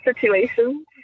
situations